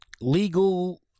legal